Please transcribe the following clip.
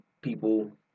people